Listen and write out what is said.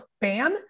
ban